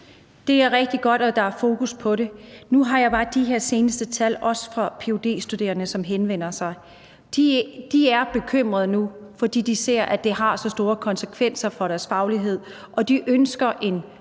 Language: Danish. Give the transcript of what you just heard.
Det er rigtig godt, at der er fokus på det. Nu har jeg bare de her seneste tal, også fra ph.d.-studerende, som henvender sig. De er bekymrede nu, fordi de ser, at det har så store konsekvenser for deres faglighed, og de ønsker en